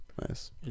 Nice